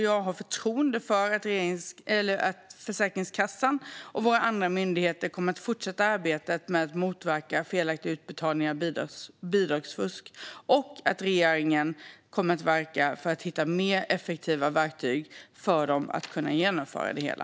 Jag har förtroende för att Försäkringskassan och våra andra myndigheter kommer att fortsätta arbetet med att motverka felaktiga utbetalningar och bidragsfusk och att regeringen kommer att verka för att hitta mer effektiva verktyg för att myndigheterna ska kunna genomföra det hela.